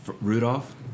Rudolph